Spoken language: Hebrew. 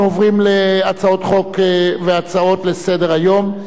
אנחנו עוברים להצעות חוק והצעות לסדר-היום.